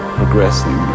progressing